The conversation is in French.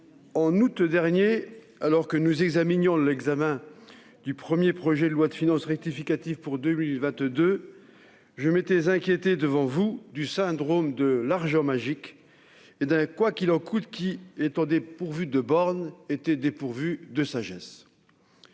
en août dernier, alors que nous entamions l'examen du premier projet de loi de finances rectificatives pour 2022, je m'étais inquiété devant vous du syndrome de « l'argent magique » et d'un « quoi qu'il en coûte » qui, étant dépourvu de bornes, l'était tout autant de sagesse